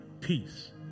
Peace